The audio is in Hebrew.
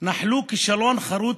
נחל כישלון חרוץ.